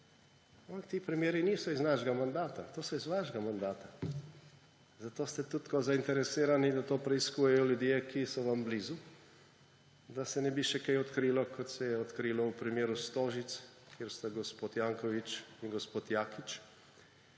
ti primeri niso iz našega mandata, so iz vašega mandata. Zato ste tudi tako zainteresirani, da to preiskujejo ljudje, ki so vam blizu, da se ne bi še kaj odkrilo, kot se je odkrilo v primeru Stožic, kjer sta gospod Janković in gospod Jakič